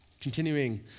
Continuing